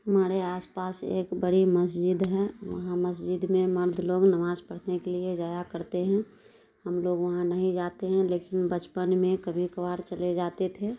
ہمارے آس پاس ایک بڑی مسجد ہے وہاں مسجد میں مرد لوگ نماز پڑھنے کے لیے جایا کرتے ہیں ہم لوگ وہاں نہیں جاتے ہیں لیکن بچپن میں کبھی کبھار چلے جاتے تھے